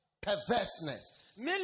perverseness